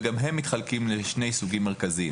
וגם הם מתחלקים לשני סוגים מרכזיים